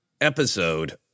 episode